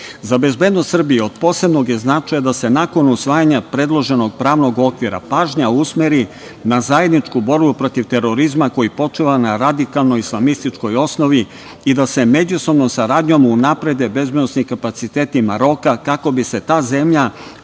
bezbednost Srbije od posebnog je značaja da se nakon usvajanja predloženog pravnog okvira pažnja usmeri na zajedničku borbu protiv terorizma koji počiva na radikalnoj islamističkoj osnovi i da se međusobnom saradnjom unaprede bezbednosni kapaciteti Maroka, kako bi se ta zemlja